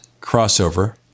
crossover